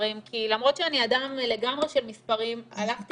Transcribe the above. במספרים כי למרות שאני אדם לגמרי של מספרים הלכתי